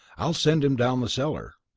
i'll send him down the cellar.